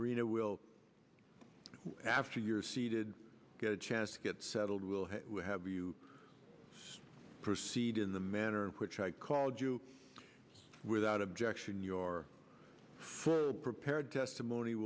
reader will after you're seated get a chance to get settled will have you proceed in the manner in which i called you without objection your prepared testimony